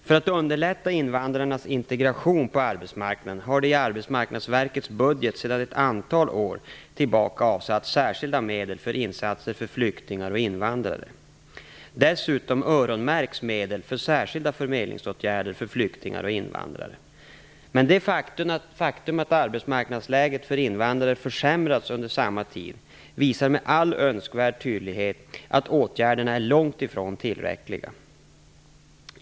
För att underlätta invandrarnas integration på arbetsmarknaden har det i Arbetsmarknadsverkets budget sedan ett antal år tillbaka avsatts särskilda medel för insatser för flyktingar och invandrare. Dessutom öronmärks medel för särskilda förmedlingsåtgärder för flyktingar och invandrare. Men det faktum att arbetsmarknadsläget för invandrare försämrats under samma tid visar med all önskvärd tydlighet att åtgärderna är långt ifrån tillräckliga.